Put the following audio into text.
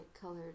colored